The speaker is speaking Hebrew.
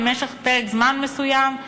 למשך פרק זמן מסוים,